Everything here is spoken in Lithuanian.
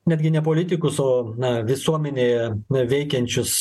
betgi ne politikus o na visuomenėje veikiančius